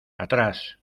atrás